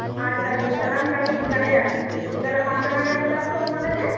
আচ্ছা দিদি তাহলে আমি কালকে বিকালেই আসবো বিকালে পাঁচটা নাগাদ চলে আসব আপনার কাছে